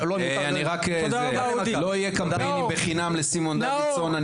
לא יהיו קמפיינים בחינם לסימון דוידסון.